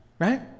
Right